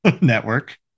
Network